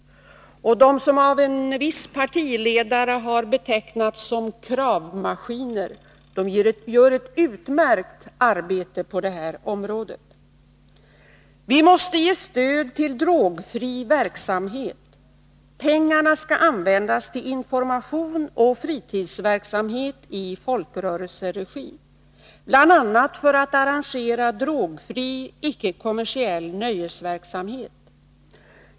De som av en viss partiledare har betecknats som kravmaskiner gör ett utmärkt arbete på det här området. Vi måste ge stöd till drogfri verksamhet Pengarna skall användas till information och fritidsverksamhet i folkrörelseregi, bl.a. för att arrangera drogfri, icke-kommersiell nöjesverksamhet.